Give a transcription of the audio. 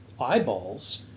eyeballs